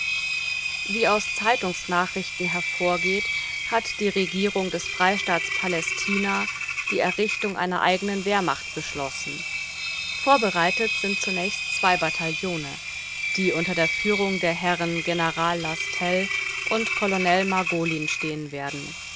wie aus zeitungsnachrichten hervorgeht hat die regierung des freistaates palästina die errichtung einer eigenen wehrmacht beschlossen vorbereitet sind zunächst zwei bataillone die unter der führung der herren general lastell und colonel margolin stehen werden